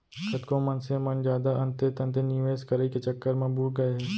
कतको मनसे मन जादा अंते तंते निवेस करई के चक्कर म बुड़ गए हे